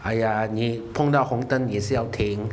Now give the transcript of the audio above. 哎呀你碰到红灯也是要停